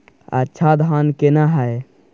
अच्छा धान केना हैय?